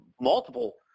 multiple